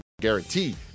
guarantee